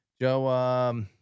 Joe